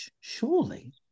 surely